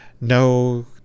no